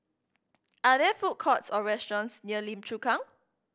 are there food courts or restaurants near Lim Chu Kang